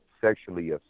sexually